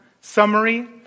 summary